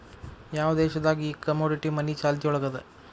ಯಾವ್ ದೇಶ್ ದಾಗ್ ಈ ಕಮೊಡಿಟಿ ಮನಿ ಚಾಲ್ತಿಯೊಳಗದ?